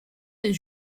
des